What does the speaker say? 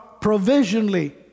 provisionally